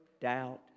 doubt